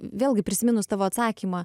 vėlgi prisiminus tavo atsakymą